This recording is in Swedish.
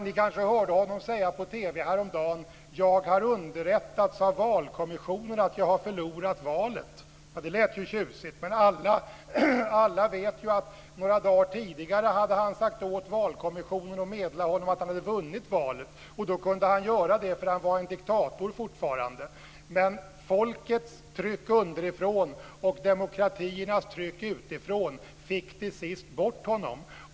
Ni kanske hörde honom säga på TV häromdagen: Jag har underrättats av valkommissionen om att jag har förlorat valet. Det lät ju tjusigt, men alla vet att han några dagar tidigare hade sagt åt valkommissionen att meddela att han hade vunnit valet. Då kunde han göra det eftersom han fortfarande var en diktator. Men folkets tryck underifrån och demokratiernas tryck utifrån fick till sist bort honom.